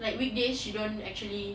like weekday she don't actually